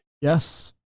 Yes